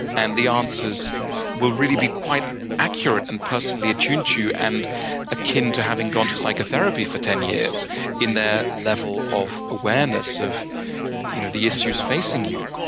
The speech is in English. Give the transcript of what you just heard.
and the answers will really be quite accurate and personally attuned to you, and akin to having gone to psychotherapy for ten years in their level of awareness of you know the issues facing you.